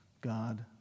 God